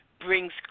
brings